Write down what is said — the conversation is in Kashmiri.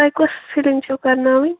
تۅہہِ کۅس فِلِنٛگ چھُو کَرناوٕنۍ